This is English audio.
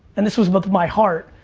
and this was with my heart,